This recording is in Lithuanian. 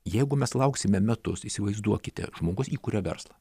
jeigu mes lauksime metus įsivaizduokite žmogus įkuria verslą